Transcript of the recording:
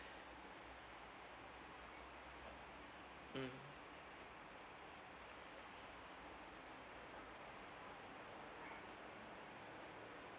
mm